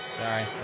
sorry